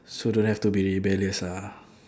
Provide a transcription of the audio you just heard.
so don't have to be rebellious ah